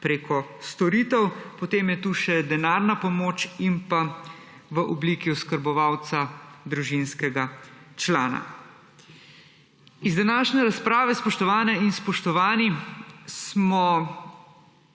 preko storitev. Potem je tukaj še denarna pomoč in oblika oskrbovalca družinskega člana. Iz današnje razprave, spoštovane in spoštovani, smo